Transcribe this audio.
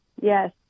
yes